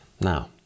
Now